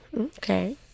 Okay